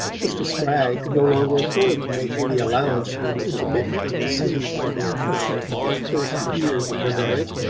mr. spragg could no longer afford to make her the allowance she had intermittently received from him during the first years of her marriage,